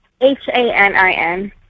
H-A-N-I-N